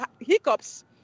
hiccups